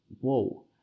Whoa